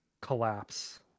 collapse